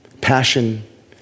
Passion